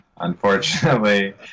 Unfortunately